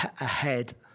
ahead